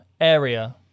area